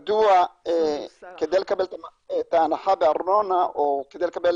אנחנו מקבלים את כל המידע אלינו ונותנים